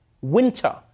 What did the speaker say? winter